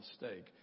mistake